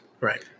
Right